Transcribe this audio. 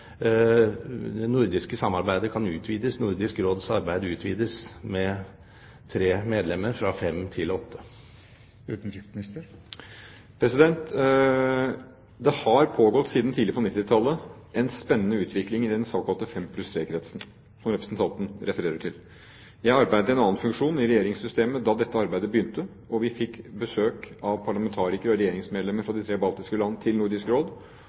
det nordiske samarbeidet kan utvides – Nordisk Råds arbeid utvides – med tre medlemmer, fra fem til åtte. Det har siden tidlig på 1990-tallet pågått en spennende utvikling i den såkalte fem pluss tre-kretsen som representanten refererer til. Jeg arbeidet i en annen funksjon i regjeringssystemet da dette arbeidet begynte, og vi fikk besøk av parlamentarikere og regjeringsmedlemmer fra de tre baltiske land til Nordisk Råd,